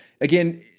again